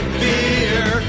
beer